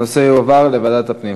הנושא יועבר לוועדת הפנים.